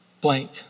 blank